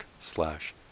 slash